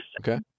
Okay